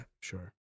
sure